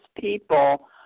people